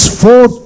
four